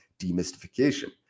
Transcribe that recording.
demystification